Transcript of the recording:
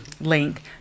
link